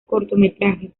cortometrajes